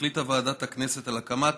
החליטה ועדת הכנסת על הקמת